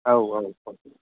औ औ औ